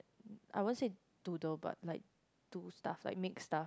I won't say doodle but like do stuff like mix stuff